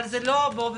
אבל זה לא שלך,